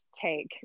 take